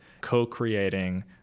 co-creating